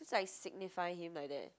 that's like signifying him like that